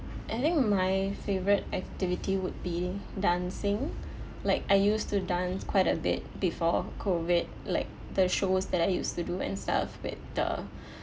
I think my favourite activity would be dancing like I used to dance quite a bit before COVID like the shows that I used to do and stuff with a